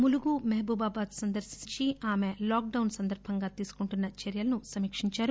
ములుగు మహబూబాబాద్ సందర్పించి ఆమె lockdown సందర్బంగా తీసుకుంటున్న చర్యలను సమీక్షించారు